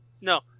No